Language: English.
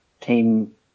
team